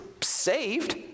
saved